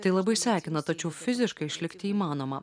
tai labai sekina tačiau fiziškai išlikti įmanoma